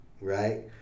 right